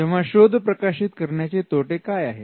तेव्हा शोध प्रकाशित करण्याचे तोटे काय आहेत